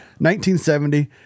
1970